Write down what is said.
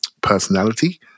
personality